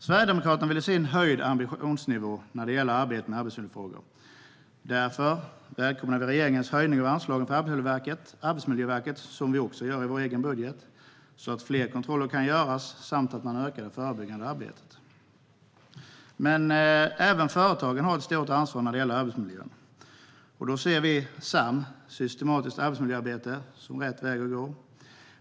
Sverigedemokraterna vill se en höjd ambitionsnivå när det gäller arbetet med arbetsmiljöfrågor. Därför välkomnar vi att regeringen höjer anslaget till Arbetsmiljöverket, som vi också gör i vår egen budget, så att fler kontroller kan göras och det förebyggande arbetet kan öka. Även företagen har ett stort ansvar när det gäller arbetsmiljön. Då ser vi SAM, systematiskt arbetsmiljöarbete, som rätt väg att gå.